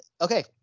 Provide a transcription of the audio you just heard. okay